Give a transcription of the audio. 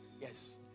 Yes